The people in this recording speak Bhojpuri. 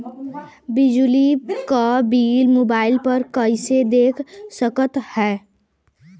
बिजली क बिल मोबाइल पर कईसे देख सकत हई?